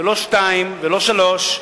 לא שתיים ולא שלוש,